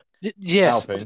Yes